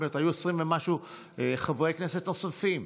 היו 20 ומשהו חברי כנסת נוספים,